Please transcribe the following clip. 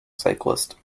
cyclist